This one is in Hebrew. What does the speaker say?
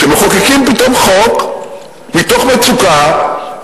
כשמחוקקים פתאום חוק מתוך מצוקה,